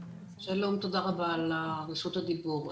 שלום, תודה רבה על רשות הדיבור.